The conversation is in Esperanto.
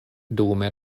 dume